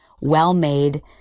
well-made